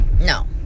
No